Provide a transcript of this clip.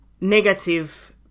negative